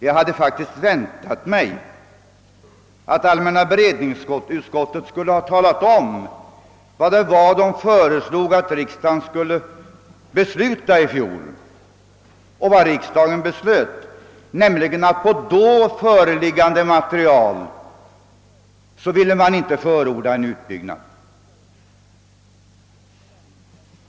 Jag hade faktiskt väntat mig att allmänna beredningsutskottet skulle ha talat om vad det var utskottet föreslog att riksdagen skulle besluta i fjol och vad riksdagen beslöt, nämligen att man på då föreliggande material inte ville förorda en utbyggnad.